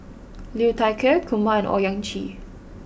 Liu Thai Ker Kumar and Owyang Chi